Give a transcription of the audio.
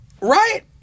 Right